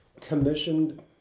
commissioned